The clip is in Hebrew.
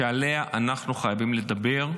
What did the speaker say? שעליה אנחנו חייבים לדבר.